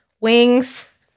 wings